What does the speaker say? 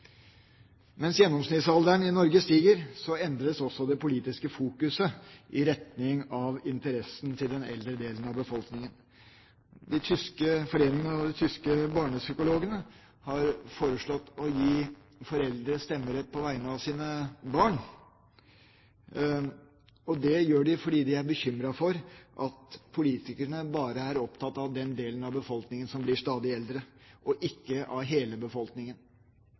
Mens gjennomsnittsalderen i Norge stiger, endres også det politiske fokuset i retning av interessene til den eldre delen av befolkninga. De tyske foreningene for barnepsykologer har foreslått å gi foreldre stemmerett på vegne av sine barn. Det gjør de fordi de er bekymret for at politikerne bare er opptatt av den delen av befolkninga som blir stadig eldre, og ikke av hele